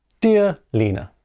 dear lina,